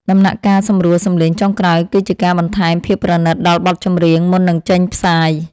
ដំណាក់កាលសម្រួលសំឡេងចុងក្រោយគឺជាការបន្ថែមភាពប្រណីតដល់បទចម្រៀងមុននឹងចេញផ្សាយ។